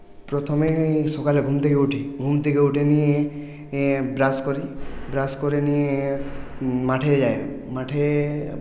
প্রথমেই আমি সকালে ঘুম থেকে উঠি ঘুম থেকে উঠে নিয়ে ব্রাশ করি ব্রাশ করে নিয়ে মাঠে যাই মাঠে